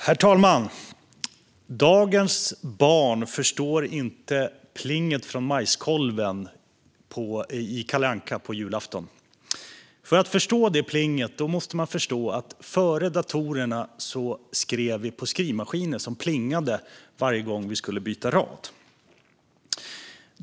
Herr talman! Dagens barn förstår inte plinget från majskolven i Kalle Anka på julafton. För att förstå det plinget måste man förstå att vi före datorerna skrev på skrivmaskiner som plingade varje gång vi skulle byta rad.